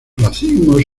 racimos